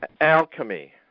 alchemy